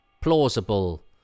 plausible